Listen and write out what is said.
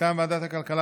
מטעם ועדת הכלכלה,